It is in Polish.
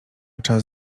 czas